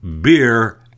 beer